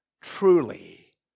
truly